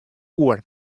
oer